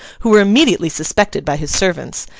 who were immediately suspected by his servants,